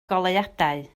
goleuadau